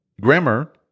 Grammar